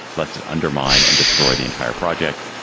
lest it undermine and destroy the entire project.